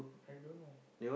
I don't know